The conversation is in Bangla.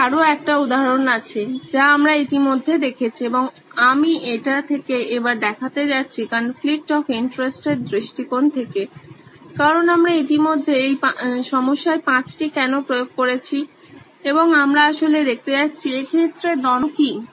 আমার আরও একটা উদাহরণ আছে যা আমরা ইতিমধ্যে দেখেছি এবং আমি এটা থেকে এবার দেখাতে যাচ্ছি কনফ্লিকট অফ ইন্টারেস্ট এর দৃষ্টিকোণ থেকে কারণ আমরা ইতিমধ্যে এই সমস্যায় ৫ টি কেনো প্রয়োগ করেছি এবং আমরা আসলে দেখতে যাচ্ছি এই ক্ষেত্রে দ্বন্দ্ব কি